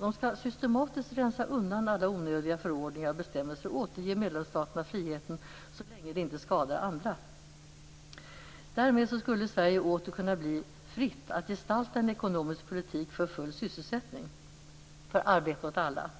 De skall systematiskt rensa undan alla onödiga förordningar och bestämmelser och återge medlemsstaterna friheten så länge detta inte skadar andra. Därmed skulle Sverige åter kunna bli fritt att gestalta en ekonomisk politik för full sysselsättning, för arbete åt alla.